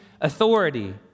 authority